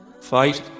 fight